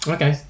Okay